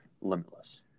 limitless